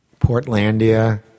portlandia